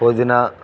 పుదీన